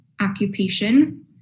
occupation